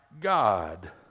God